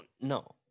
No